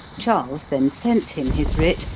charles then sent him his writ,